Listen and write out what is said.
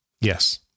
Yes